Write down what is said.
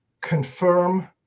confirm